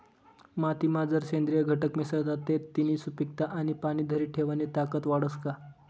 मातीमा जर सेंद्रिय घटक मिसळतात ते तिनी सुपीकता आणि पाणी धरी ठेवानी ताकद वाढस का?